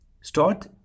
start